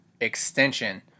extension